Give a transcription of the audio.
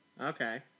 Okay